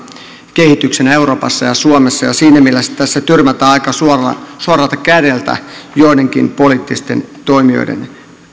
kehityksenä euroopassa ja suomessa ja siinä mielessä tässä tyrmätään aika suoralta kädeltä joidenkin poliittisten toimijoiden